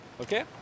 Okay